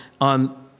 on